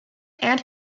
and